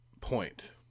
point